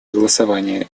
голосования